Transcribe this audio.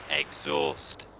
exhaust